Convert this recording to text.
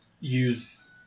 use